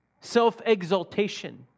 self-exaltation